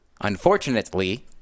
unfortunately